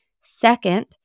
Second